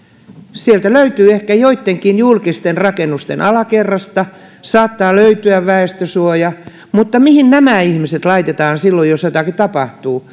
sieltä ehkä joittenkin julkisten rakennusten alakerrasta saattaa löytyä väestönsuoja mihin nämä ihmiset laitetaan silloin jos jotakin tapahtuu